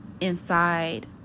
inside